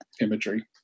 imagery